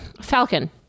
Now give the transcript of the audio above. Falcon